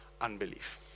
unbelief